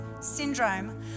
syndrome